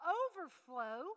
overflow